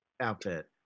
outfit